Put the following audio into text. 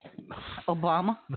Obama